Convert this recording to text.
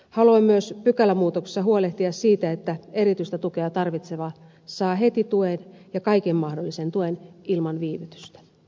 haluan myös pykälämuutoksessa huolehtia siitä että erityistä tukea tarvitseva saa heti tuen ja kaiken mahdollisen tuen ilman viivytystä